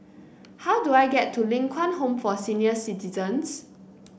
how do I get to Ling Kwang Home for Senior Citizens